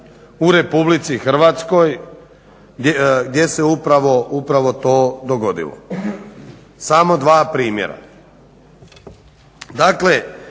dva primjera u RH gdje se upravo to dogodilo. samo dva primjera.